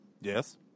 Yes